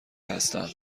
هستم